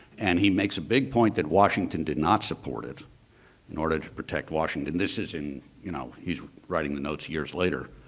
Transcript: and he makes a big point that washington did not support it in order to protect washington. this is in, you know, he's writing the notes years later.